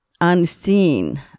unseen